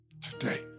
today